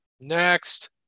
Next